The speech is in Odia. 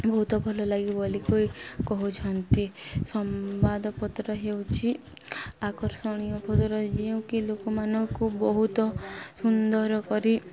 ବହୁତ ଭଲ ଲାଗେ ବୋଲିିକି କହୁଛନ୍ତି ସମ୍ବାଦ ପତ୍ର ହେଉଛି ଆକର୍ଷଣୀୟ ପତ୍ର ଯେଉଁକି ଲୋକମାନଙ୍କୁ ବହୁତ ସୁନ୍ଦର କରି